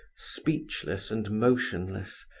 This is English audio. speechless and motionless,